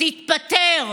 תתפטר.